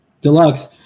Deluxe